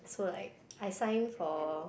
so like I sign for